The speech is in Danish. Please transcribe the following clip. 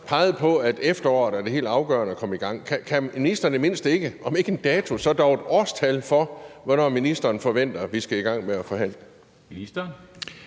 peget på, at det er helt afgørende at komme i gang i efteråret – kan ministeren i det mindste ikke komme med, om ikke en dato, så dog et årstal for, hvornår ministeren forventer at vi skal i gang med at forhandle?